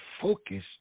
focus